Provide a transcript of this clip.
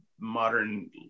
modern